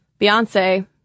Beyonce